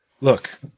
look